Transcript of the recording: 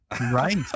Right